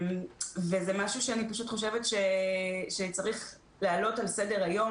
וזה משהו שאני פשוט חושבת שצריך להעלות על סדר-היום,